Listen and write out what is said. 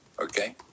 Okay